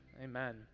Amen